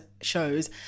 shows